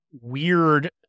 weird